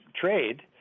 trade